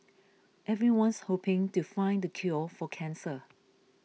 everyone's hoping to find the cure for cancer